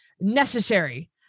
necessary